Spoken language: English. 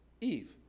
Eve